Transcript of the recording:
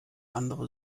andere